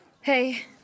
Hey